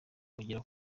wongere